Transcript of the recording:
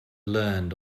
learned